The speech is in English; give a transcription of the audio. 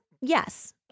Yes